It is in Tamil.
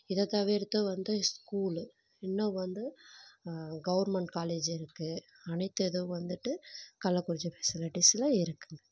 இதை தவிர்த்து வந்து இஸ்கூலு இன்னும் வந்து கவுர்மெண்ட் காலேஜ் இருக்கு அனைத்து இதுவும் வந்துவிட்டு கள்ளக்குறிச்சி ஃபெசிலிட்டிஸில் இருக்கு